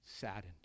saddened